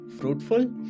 fruitful